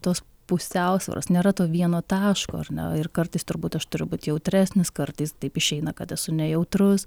tos pusiausvyros nėra to vieno taško ar na ir kartais turbūt aš turiu būt jautresnis kartais taip išeina kad esu nejautrus